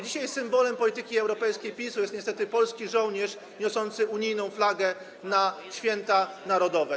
Dzisiaj symbolem polityki europejskiej PiS-u jest niestety polski żołnierz niosący unijną flagę w święta narodowe.